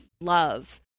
love